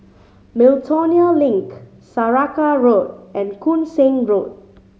Miltonia Link Saraca Road and Koon Seng Road